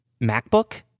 MacBook